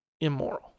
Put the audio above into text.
immoral